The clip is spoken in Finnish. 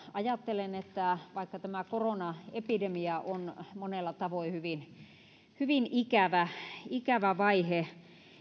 ajattelen että vaikka tämä koronaepidemia on monella tavoin hyvin hyvin ikävä ikävä vaihe